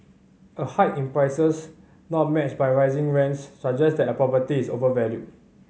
a hike in prices not matched by rising rents suggest that a property is overvalued